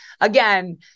again